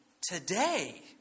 today